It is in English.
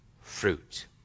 fruit